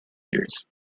years